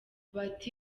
bati